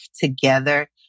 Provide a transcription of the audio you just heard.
together